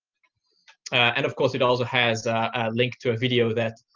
and, of course, it also has a link to a video that